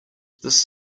this